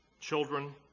children